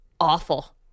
awful